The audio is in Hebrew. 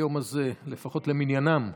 ביום הזה, לפחות למניינם.